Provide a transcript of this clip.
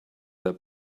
that